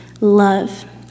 love